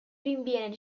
rinviene